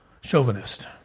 chauvinist